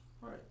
right